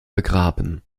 begraben